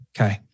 Okay